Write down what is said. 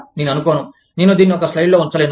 నేను అనుకోను నేను దీనిని ఒక స్లైడ్లో ఉంచలేను